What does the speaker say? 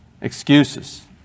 Excuses